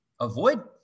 avoid